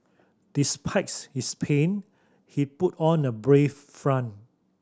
despite his pain he put on a brave front